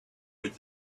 with